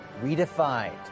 redefined